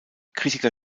kritiker